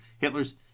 hitler's